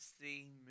see